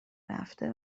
رفته